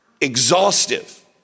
exhaustive